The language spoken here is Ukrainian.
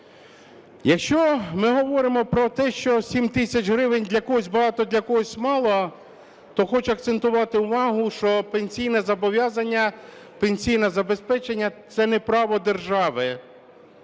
Якщо ми говоримо про те, що 7 тисяч гривень для когось багато, для когось мало, то хочу акцентувати увагу, що пенсійне зобов'язання, пенсійне забезпечення – це не право держави,